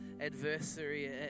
Adversary